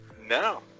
No